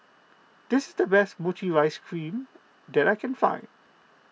this is the best Mochi Ice Cream that I can find